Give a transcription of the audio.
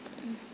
mm